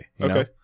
Okay